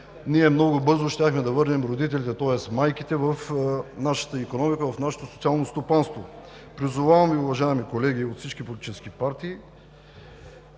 ние много бързо щяхме да върнем родителите, тоест майките в нашата икономика, в нашето социално стопанство. Призовавам Ви, уважаеми колеги от всички политически партии,